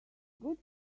good